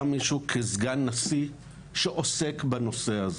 מישהו כסגן נשיא שעוסק בנושא הזה.